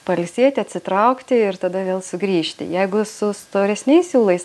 pailsėti atsitraukti ir tada vėl sugrįžti jeigu su storesniais siūlais